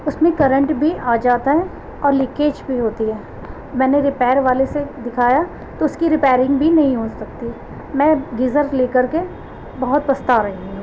اس میں کرنٹ بھی آ جاتا ہے اور لیکیج بھی ہوتی ہے میں نے ریپیئر والے سے دکھایا تو اس کی ریپیئرنگ بھی نہیں ہو سکتی میں گیزر لے کر کے بہت پچھتا رہی ہوں